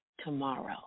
tomorrow